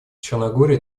черногории